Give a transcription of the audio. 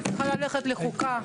אני צריכה ללכת לוועדת חוקה.